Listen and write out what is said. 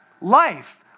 life